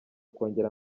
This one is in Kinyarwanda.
kongera